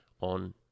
on